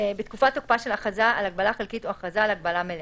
14.בתקופת תוקפה של הכרזה על הגבלה חלקית או הכרזה על הגבלה מלאה,